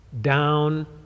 Down